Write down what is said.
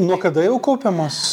nuo kada jau kaupiamos